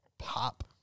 pop